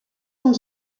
son